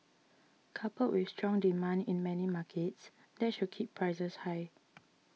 coupled with strong demand in many markets that should keep prices high